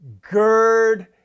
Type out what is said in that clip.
Gird